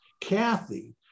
Kathy